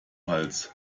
hals